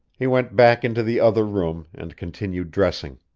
he went back into the other room and continued dressing.